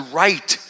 right